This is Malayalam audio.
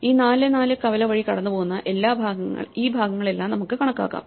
ഈ 4 4 കവല വഴി കടന്നുപോകുന്ന ഈ ഭാഗങ്ങളെല്ലാം നമുക്ക് കണക്കാക്കാം